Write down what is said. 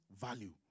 value